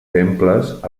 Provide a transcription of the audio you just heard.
temples